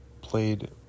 played